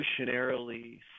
evolutionarily